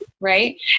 Right